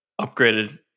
upgraded